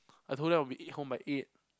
I told them I'll be it home by eight